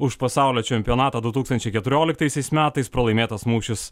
už pasaulio čempionatą du tūkstančiai keturioliktaisiais metais pralaimėtas mūšis